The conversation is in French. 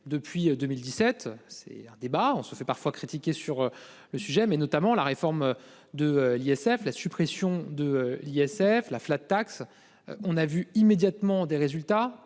depuis 2017. C'est un débat, on se fait parfois critiqué sur le sujet mais notamment la réforme de l'ISF, la suppression de l'ISF la flat tax. On a vu immédiatement des résultats